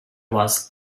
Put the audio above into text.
was